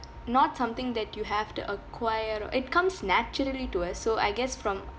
not something that you have to acquire it comes naturally to us so I guess from